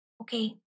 Okay